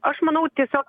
aš manau tiesiog